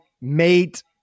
mate